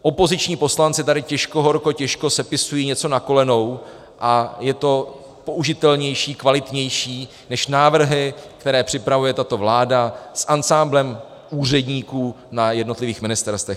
Opoziční poslanci tady horko těžko sepisují něco na kolenou a je to použitelnější, kvalitnější než návrhy, které připravuje tato vláda s ansámblem úředníků na jednotlivých ministerstvech.